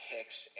Hicks